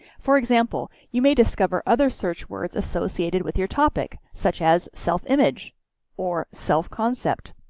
for example, you may discover other search words associated with your topic, such as self image or self concept.